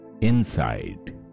inside